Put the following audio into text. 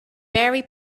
berry